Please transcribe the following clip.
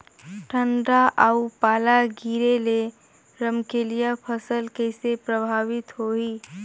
ठंडा अउ पाला गिरे ले रमकलिया फसल कइसे प्रभावित होही?